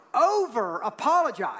over-apologize